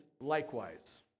likewise